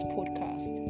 Podcast